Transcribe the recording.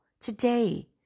today